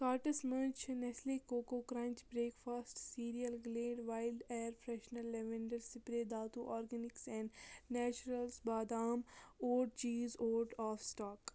carts مَنٛز چھِ Nestle coco crunch breakfast cereal Glade wild air freshener lavender spray داتو organics and naturals badam oat cheese out of stock